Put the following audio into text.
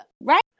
right